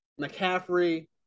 McCaffrey